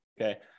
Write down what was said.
okay